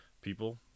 people